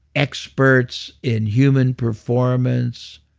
experts in human performance,